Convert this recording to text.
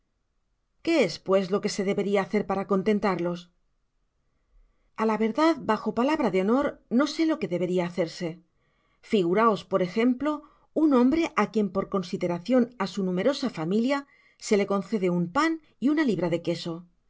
es pues lo que se deberia hacer para contentarlos a la verdad bajo palabra de honor no sé lo que deberia hacerse figuraos por ejemplo un hombre á quien por consideracion á su numerosa familia se le concede un pan y una libra de queso